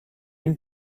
une